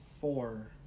four